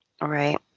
Right